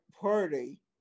party